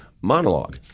monologue